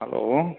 hello